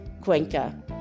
Cuenca